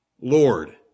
Lord